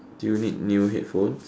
do you need new headphones